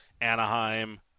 Anaheim